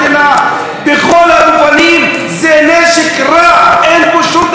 בכל המובנים זה נשק רע, אין בו שום דבר טוב.